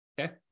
Okay